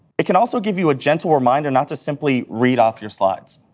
it can also give you a gentle reminder not to simply read off your slides.